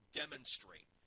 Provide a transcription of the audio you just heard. demonstrate